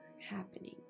happening